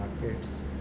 markets